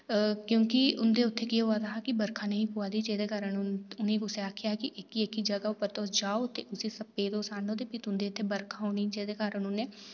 क्योंकि उंदे उत्थै् केह् होआ दा हा उंदे बर्खा नेईं ही पवा दी जेह्दे कारण उनेंगी कुसै आखे्आ हा कि तुस एह्की एह्की जगह पर जाओ ते तुस उस सप्प गी आह्नो ते जेह्दे कारण थुआढ़े इत्थै बर्खा होनी ते